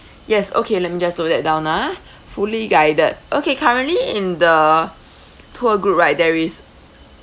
yes okay let me just note that down ah fully guided okay currently in the tour group right there is